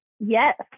Yes